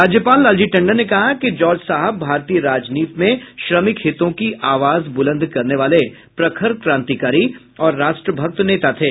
राज्यपाल लालजी टंडन ने कहा कि जार्ज साहब भारतीय राजनीति में श्रमिक हितों की आबाज बुलंद करने वाले प्रखर क्रांतिकारी और राष्ट्र भक्त नेता थे